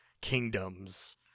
kingdoms